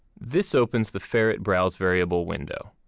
this opens the ferrett browse variable window.